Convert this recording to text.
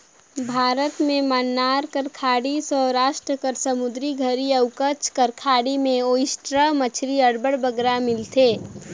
भारत में मन्नार कर खाड़ी, सवरास्ट कर समुंदर घरी अउ कच्छ कर खाड़ी में ओइस्टर मछरी अब्बड़ बगरा मिलथे